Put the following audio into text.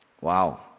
Wow